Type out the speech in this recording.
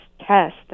test